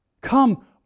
Come